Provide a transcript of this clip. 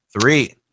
three